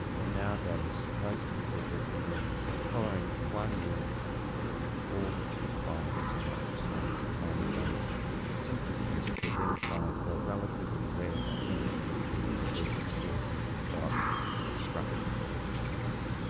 and nowadays, most people recommend that following one urinary tract infection all that's required is an ultrasound, a non-invasive simple test to identify the relatively rare but eminently treatable group of children who've got obstruction to their kidneys.